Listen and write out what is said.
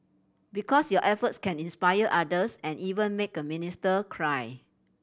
because your efforts can inspire others and even make a minister cry